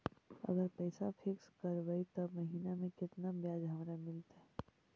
अगर पैसा फिक्स करबै त महिना मे केतना ब्याज हमरा मिलतै?